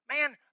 man